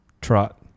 trot